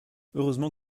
heureusement